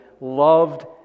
loved